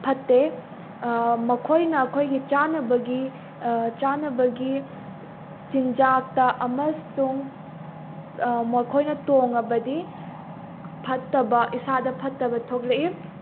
ꯐꯠꯇꯦ ꯃꯈꯣꯏꯅ ꯑꯩꯈꯣꯏꯒꯤ ꯆꯥꯅꯕꯒꯤ ꯆꯥꯅꯕꯒꯤ ꯆꯤꯟꯖꯥꯛꯇ ꯑꯃꯁꯨꯡ ꯃꯈꯣꯏꯅ ꯇꯣꯡꯉꯕꯗꯤ ꯐꯠꯇꯕ ꯏꯁꯥꯗ ꯐꯠꯇꯕ ꯊꯣꯛꯂꯛꯏ